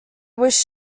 wish